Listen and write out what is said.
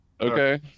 Okay